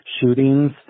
shootings